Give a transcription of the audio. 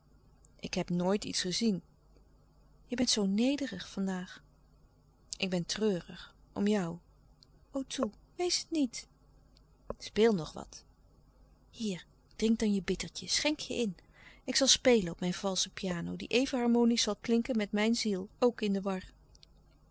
ik heb nooit iets gezien je bent zoo nederig van daag ik ben treurig om jou o toe wees het niet speel nog wat hier drink dan je bittertje schenk je in ik zal spelen op mijn valsche piano die even harmonisch zal klinken met mijn ziel ook in de war